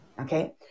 Okay